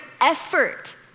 effort